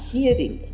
Hearing